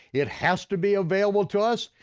it has to be available to us,